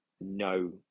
no